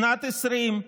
בשנת 2020,